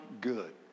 good